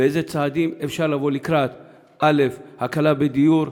באיזה צעדים אפשר לבוא לקראת הקלה בדיור,